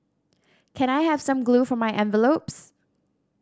can I have some glue for my envelopes